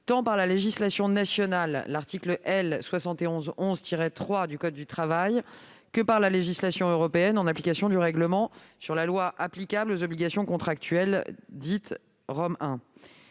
tant par la législation nationale, avec l'article L. 7111-3 du code du travail, que par la législation européenne, avec le règlement sur la loi applicable aux obligations contractuelles, dit « Rome